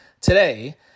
today